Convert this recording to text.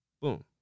Boom